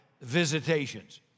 visitations